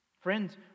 Friends